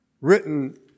written